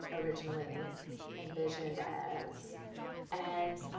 originally envisioned as and